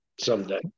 someday